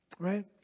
right